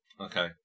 okay